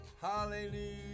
Hallelujah